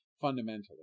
fundamentally